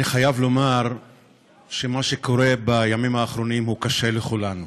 אני חייב לומר שמה שקורה בימים האחרונים הוא קשה לכולנו.